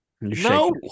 No